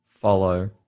follow